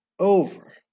Over